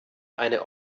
eine